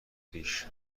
پیش